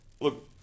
look